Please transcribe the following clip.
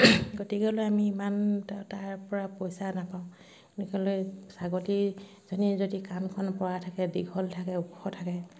গতিকেলৈ আমি ইমান তা তাৰ পৰা পইচা নাপাওঁ গতিকেলৈ ছাগলীজনীয়ে যদি কাণখন পৰা থাকে দীঘল থাকে ওখ থাকে